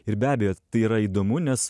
ir be abejo tai yra įdomu nes